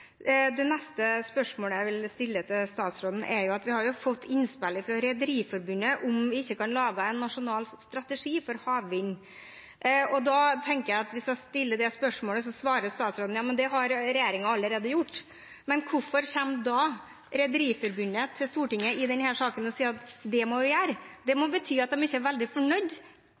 Det neste jeg vil spørre statsråden om, er: Vi har fått innspill fra Rederiforbundet på om vi ikke kan lage en nasjonal strategi for havvind. Da tenker jeg at hvis jeg stiller det spørsmålet, svarer statsråden at det har regjeringen allerede gjort. Men hvorfor kommer da Rederiforbundet til Stortinget i denne saken og sier at det må man gjøre? Det må bety at de ikke er veldig fornøyd